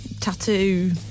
tattoo